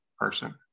person